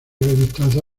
distancia